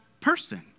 person